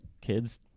kids